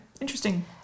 interesting